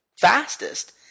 fastest